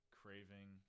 craving